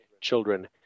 children